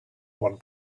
one